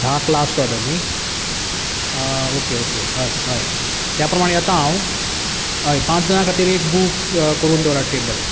धांक last order न्ही okay okay हय हय त्या प्रमाणें येता हांव पांच जाणां खातीर एक बूक करून दवरात टेबल